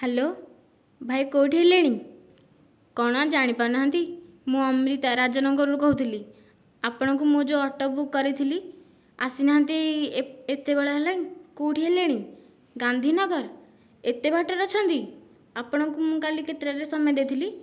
hello ଭାଇ କେଉଁଠି ହେଲେଣି କଣ ଜାଣି ପାରୁନାହାନ୍ତି ମୁଁ ଅମ୍ରିତା ରାଜନଗରରୁ କହୁଥିଲି ଆପଣଙ୍କୁ ମୁଁ ଯେଉଁ ଅଟୋ ବୁକ୍ କରିଥିଲି ଆସିନାହାନ୍ତି ଏତେବେଳେ ହେଲେଣି କେଉଁଠି ହେଲେଣି ଗାନ୍ଧୀନଗର ଏତେ ବାଟରେ ଅଛନ୍ତି ଆପଣଙ୍କୁ ମୁଁ କାଲି କେତେଟାରେ ସମୟ ଦେଇଥିଲି